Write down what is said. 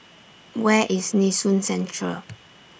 Where IS Nee Soon Central